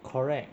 correct